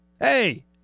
Hey